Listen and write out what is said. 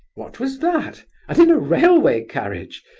what was that? and in a railway carriage?